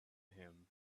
him